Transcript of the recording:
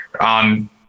on